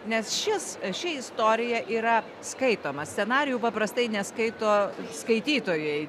nes šis ši istorija yra skaitoma scenarijų paprastai neskaito skaitytojai